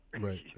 Right